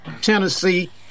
Tennessee